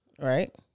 Right